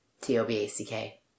T-O-B-A-C-K